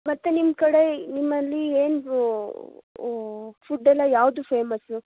ಮತ್ತು ನಿಮ್ಮ ಕಡೆ ನಿಮ್ಮಲ್ಲಿ ಏನು ಫುಡ್ಡೆಲ್ಲ ಯಾವುದು ಫೇಮಸ್ಸು